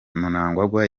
mnangagwa